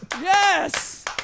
yes